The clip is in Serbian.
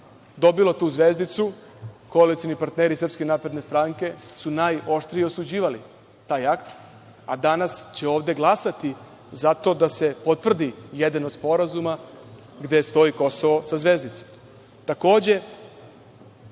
dobilo tu zvezdicu koalicioni partneri SNS su najoštrije osuđivali taj akt, a danas će ovde glasati za to da se potvrdi jedan od sporazuma gde stoji Kosovo sa zvezdicom. Takođe,